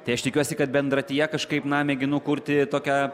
tai aš tikiuosi kad bendratyje kažkaip na mėginu kurti tokią